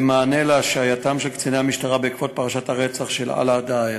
במענה על עניין השעייתם של קציני המשטרה בעקבות הרצח של אלאא דאהר,